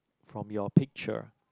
from your picture